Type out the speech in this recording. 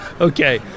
Okay